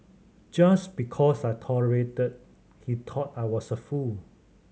just because I tolerated he thought I was a fool